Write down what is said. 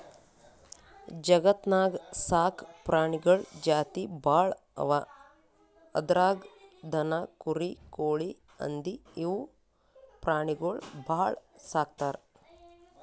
ಜಗತ್ತ್ನಾಗ್ ಸಾಕ್ ಪ್ರಾಣಿಗಳ್ ಜಾತಿ ಭಾಳ್ ಅವಾ ಅದ್ರಾಗ್ ದನ, ಕುರಿ, ಕೋಳಿ, ಹಂದಿ ಇವ್ ಪ್ರಾಣಿಗೊಳ್ ಭಾಳ್ ಸಾಕ್ತರ್